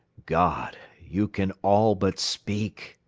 god! you can all but speak!